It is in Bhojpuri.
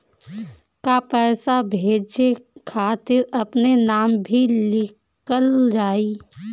का पैसा भेजे खातिर अपने नाम भी लिकल जाइ?